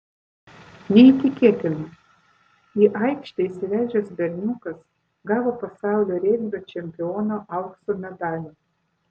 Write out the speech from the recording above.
neįtikėtina į aikštę įsiveržęs berniukas gavo pasaulio regbio čempiono aukso medalį